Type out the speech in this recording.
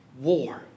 war